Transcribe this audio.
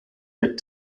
hit